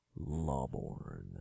Lawborn